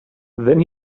then